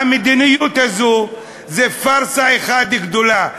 והמדיניות הזאת היא פארסה אחת גדולה.